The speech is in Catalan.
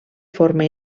forma